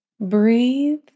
Breathe